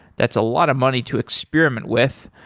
that's a lot of money to experiment with.